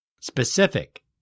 Specific